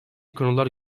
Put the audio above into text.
konular